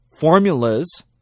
formulas